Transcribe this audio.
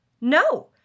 no